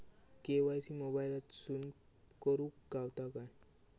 KYC मोबाईलातसून करुक गावता काय?